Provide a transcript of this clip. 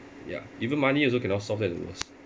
ya even money also cannot solve that's the worst